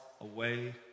away